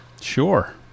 Sure